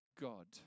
God